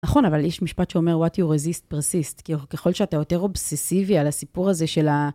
נכון, אבל יש משפט שאומר, what you resist, persist, כי ככל שאתה יותר אובססיבי על הסיפור הזה של ה...